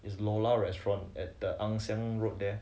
is lola's restaurant at the ang siang road there